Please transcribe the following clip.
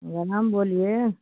ग्राम बोलिए